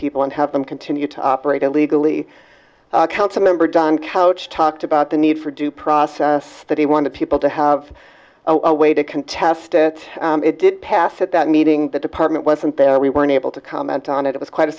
people and have them continue to operate illegally council member john couch talked about the need for due process that he wanted people to have a way to contest it did pass at that meeting the department wasn't there we weren't able to comment on it it was quite a